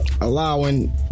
allowing